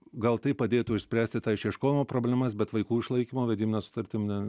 gal tai padėtų išspręsti tą išieškojimo problemas bet vaikų išlaikymo vedybinemas sutartim ne